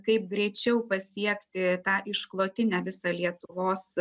kaip greičiau pasiekti tą išklotinę visa lietuvos